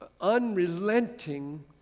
unrelenting